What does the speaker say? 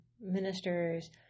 ministers